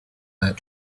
that